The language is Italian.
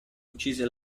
uccise